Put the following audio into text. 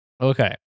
Okay